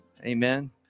Amen